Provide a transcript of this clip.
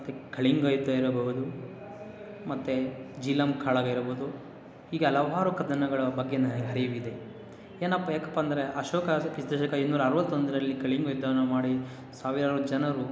ಮತ್ತು ಕಳಿಂಗ ಯುದ್ಧ ಇರಬಹುದು ಮತ್ತು ಝೇಲಂ ಕಾಳಗ ಇರಬೋದು ಹೀಗೆ ಹಲವಾರು ಕದನಗಳ ಬಗ್ಗೆ ನನಗೆ ಅರಿವಿದೆ ಏನಪ್ಪ ಯಾಕಪ್ಪ ಅಂದರೆ ಅಶೋಕ ಸ್ ಕ್ರಿಸ್ತಶಕ ಇನ್ನೂರ ಅರುವತ್ತೊಂದರಲ್ಲಿ ಕಳಿಂಗ ಯುದ್ಧವನ್ನು ಮಾಡಿ ಸಾವಿರಾರು ಜನರು